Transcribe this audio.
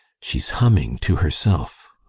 she's humming to herself.